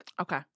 Okay